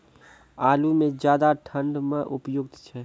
आलू म ज्यादा ठंड म उपयुक्त छै?